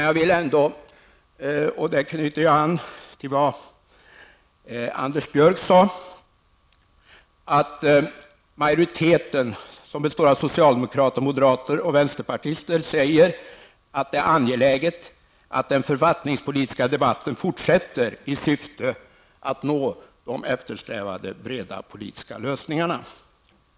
Jag vill -- för att anknyta till vad Anders Björck sade -- påpeka att majoriteten, bestående av socialdemokrater, moderater och vänsterpartister, säger att det är angeläget att den författningspolitiska debatten fortsätter i syfte att nå de eftersträvade breda politiska lösningarna.